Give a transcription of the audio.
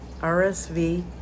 RSV